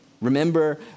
Remember